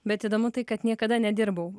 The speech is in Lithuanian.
bet įdomu tai kad niekada nedirbau